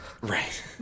Right